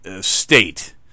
State